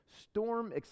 storm